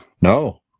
No